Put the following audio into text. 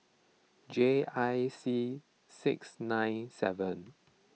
J I C six nine seven